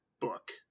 book